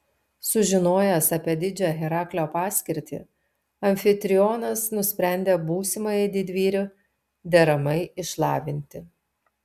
sužinojęs apie didžią heraklio paskirtį amfitrionas nusprendė būsimąjį didvyrį deramai išlavinti